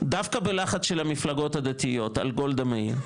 דווקא בלחץ של המפלגות הדתיות על גולדה מאיר.